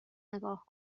نگاه